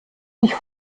ich